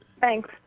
Thanks